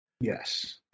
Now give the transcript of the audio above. Yes